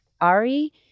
Ari